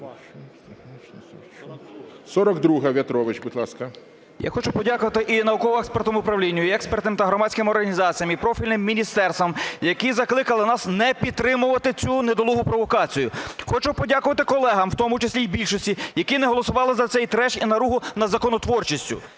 12:50:18 В’ЯТРОВИЧ В.М. Я хочу подякувати і Науково-експертному управлінню, і експертним та громадським організаціям, і профільним міністерствам, які закликали нас не підтримувати цю недолугу провокацію. Хочу подякувати колегам, в тому числі і більшості, які не голосували за цей треш і наругу над законотворчістю.